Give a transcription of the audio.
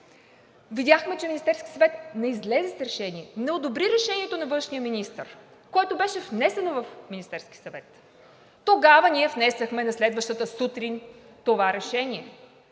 видяхме, че Министерският съвет не излезе с решение, не одобри решението на външния министър, което беше внесено в Министерския съвет. Тогава, на следващата сутрин, ние